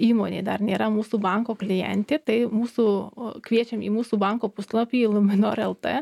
įmonė dar nėra mūsų banko klientė tai mūsų kviečiam į mūsų banko puslapį luminor lt